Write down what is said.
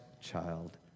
child